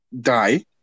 die